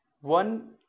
One